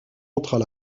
entre